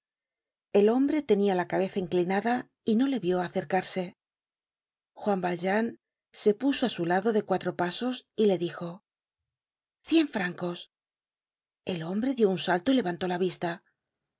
el hombre tenia la cabeza inclinada y no le vió acercarse juan valjean se puso á su lado de cuatro pasos y le dijo cien francos el hombre dió un salto y levantó la vista